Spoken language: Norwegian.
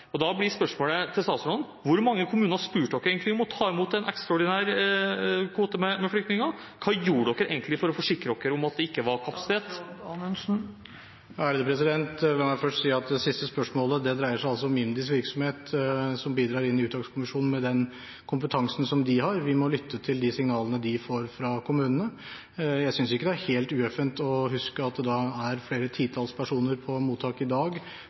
dem. Da blir spørsmålet til statsråden: Hvor mange kommuner spurte de egentlig om å ta imot en ekstraordinær kvote med flyktninger? Hva gjorde de egentlig for å forsikre seg om at det ikke var kapasitet? La meg først si at det siste spørsmålet dreier seg altså om IMDis virksomhet som bidrar inn i uttakskommisjonen med den kompetansen som de har. Vi må lytte til de signalene de får fra kommunene. Jeg synes ikke det er helt ueffent, og husk at det er flere titalls personer på mottak i dag